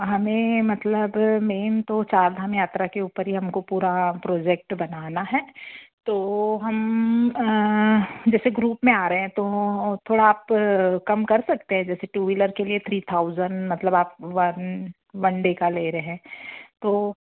हमें मतलब मेन तो चार धाम यात्रा की ऊपर ही हमको पूरा प्रोजेक्ट बनाना है तो हम जैसे ग्रुप में आ रहे हैं तो थोड़ा आप कम कर सकते हैं जैसे टू व्हीलर के लिए थ्री थाउज़ंड मतलब आप वन वन डे का ले रहे हैं तो